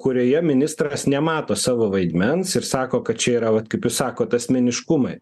kurioje ministras nemato savo vaidmens ir sako kad čia yra vat kaip jūs sakot asmeniškumai